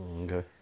Okay